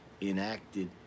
enacted